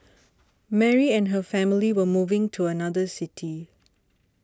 Mary and her family were moving to another city